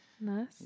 Nice